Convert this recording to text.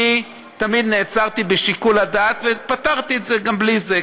אני תמיד נעצרתי בשיקול הדעת ופתרתי את זה גם בלי זה.